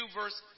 verse